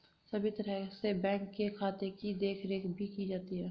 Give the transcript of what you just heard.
सभी तरह से बैंक के खाते की देखरेख भी की जाती है